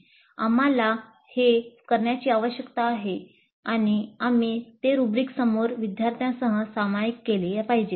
आम्हाला ते करण्याची आवश्यकता आहे आणि आम्ही ते रुब्रिक्स समोर विद्यार्थ्यांसह सामायिक केले पाहिजेत